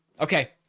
Okay